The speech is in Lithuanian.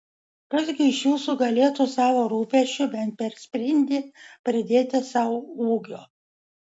kas gi iš jūsų galėtų savo rūpesčiu bent per sprindį pridėti sau ūgio